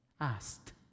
asked